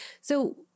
So-